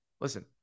listen